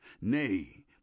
nay